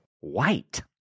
white